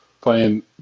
playing